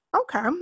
Okay